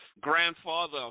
grandfather